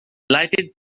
delighted